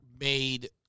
made